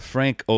Frank